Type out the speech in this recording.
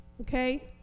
Okay